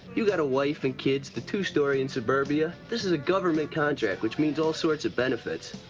you got a wife and kids, the two-story in suburbia. this is a government contract, which means all sorts of benefits.